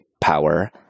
power